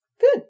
Good